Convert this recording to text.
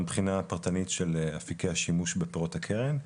בחינה פרטנית של אפיקי השימוש בפירות הקרן.